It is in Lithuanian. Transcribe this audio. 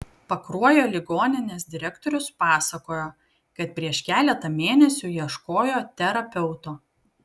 pakruojo ligoninės direktorius pasakojo kad prieš keletą mėnesių ieškojo terapeuto